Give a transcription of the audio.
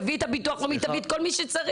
תביאי את ביטוח לאומי תביאי את כל מי שצריך.